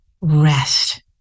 rest